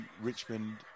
Richmond